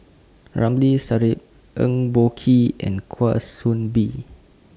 Ramli Sarip Eng Boh Kee and Kwa Soon Bee